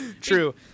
True